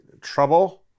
trouble